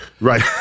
Right